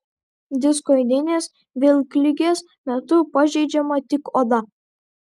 diskoidinės vilkligės metu pažeidžiama tik oda